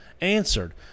answered